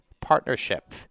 Partnership